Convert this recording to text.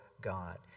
God